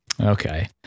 Okay